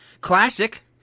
classic